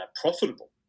profitable